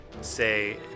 say